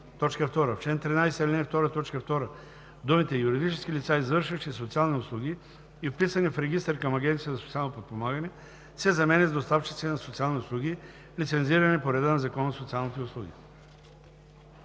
2, т. 2 думите „юридически лица, извършващи социални услуги и вписани в регистър към Агенцията за социално подпомагане“ се заменят с „доставчици на социални услуги, лицензирани по реда на Закона за социалните услуги“.“